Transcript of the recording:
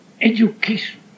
education